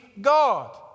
God